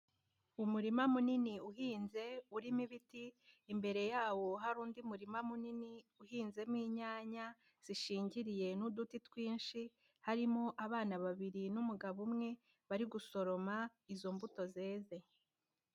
Umurima munini uhinze urimo ibiti imbere yawo hari undi murima munini uhinzemo inyanya zishingiriye n'uduti twinshi harimo abana babiri n'umugabo umwe bari gusoroma izo mbuto zeze.